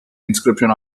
inscription